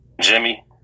Jimmy